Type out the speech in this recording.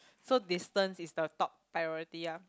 so distance is the top priority ah